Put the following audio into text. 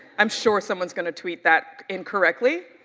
i'm sure someone's gonna tweet that incorrectly,